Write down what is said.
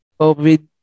COVID